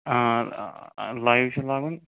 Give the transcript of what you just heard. آ لایِو چھُ لاگن